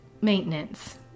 maintenance